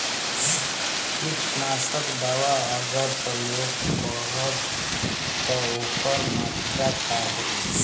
कीटनाशक दवा अगर प्रयोग करब त ओकर मात्रा का होई?